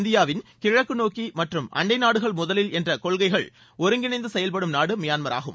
இந்தியாவின் கிழக்கு நோக்கி மற்றும் அண்டை நாடுகள் முதலில் என்ற கொள்கைகள் ஒருங்கிணைந்து செயல்படும் நாடு மியான்மர் ஆகும்